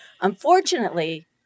Unfortunately